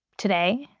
today,